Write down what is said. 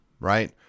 right